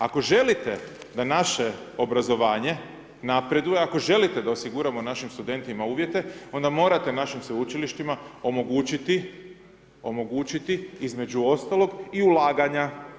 Ako želite da naše obrazovanje napreduje, ako želite da osiguramo našim studentima uvjete, onda morate našim Sveučilištima omogućiti, omogućiti između ostalog i ulaganja.